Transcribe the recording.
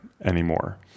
anymore